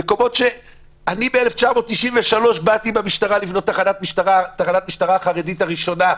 אני ב-1993 באתי עם המשטרה לבנות תחנת משטרה חרדית ראשונה,